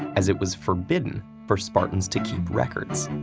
as it was forbidden for spartans to keep records,